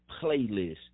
playlist